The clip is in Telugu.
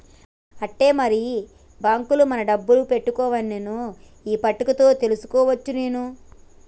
ఆట్టే మరి బాంకుల మన డబ్బులు పెట్టుకోవన్నో ఈ పట్టిక తోటి తెలుసుకోవచ్చునే